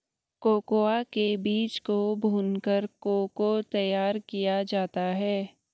cocoa के बीज को भूनकर को को तैयार किया जाता है